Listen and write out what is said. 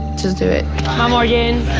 just do it um ah again.